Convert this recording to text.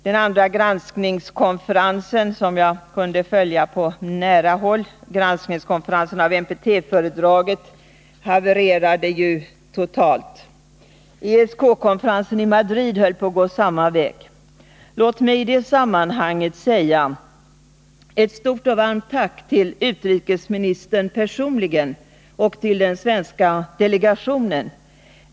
Den andra granskningskonferensen — som jag kunde följa på nära håll — granskningskonferensen om NPT fördraget, havererade totalt, och ESK-konferensen i Madrid höll på att gå samma väg. Låt mig i det sammanhanget säga ett stort och varmt tack till utrikesministern personligen och till den svenska delegationen.